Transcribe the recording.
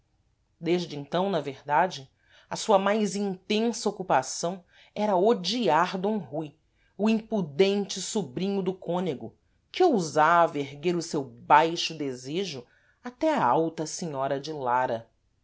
desde então na verdade a sua mais intensa ocupação era odiar d rui o impudente sobrinho do cónego que ousava erguer o seu baixo desejo até à alta senhora de lara